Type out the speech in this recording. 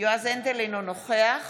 יועז הנדל, אינו נוכח